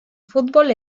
fútbol